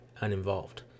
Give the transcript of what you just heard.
uninvolved